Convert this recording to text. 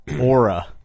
aura